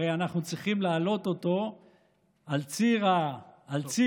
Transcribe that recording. הרי אנחנו צריכים להעלות אותו על ציר אוברטון,